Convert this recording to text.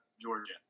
Georgia